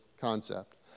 concept